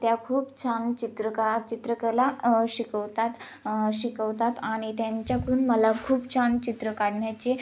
त्या खूप छान चित्र का चित्रकला शिकवतात शिकवतात आणि त्यांच्याकडून मला खूप छान चित्र काढण्याचे